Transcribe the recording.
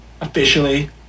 officially